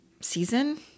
season